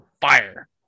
fire